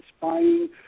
spying